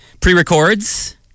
pre-records